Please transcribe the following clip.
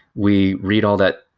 we read all that,